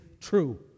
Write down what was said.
true